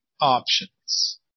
options